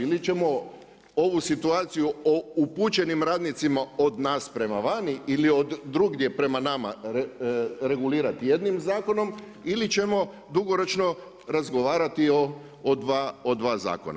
Ili ćemo ovu situaciju o upućenim radnicima od nas prema vani ili od drugdje prema nama regulirati jednim zakonom ili ćemo dugoročno razgovarati o dva zakona.